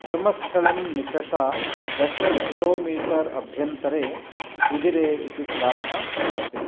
धर्मस्थळं निकषा दश kilometre अभ्यन्तरे उजिरे इति ग्रामः अस्ति